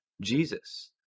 Jesus